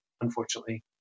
unfortunately